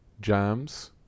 jams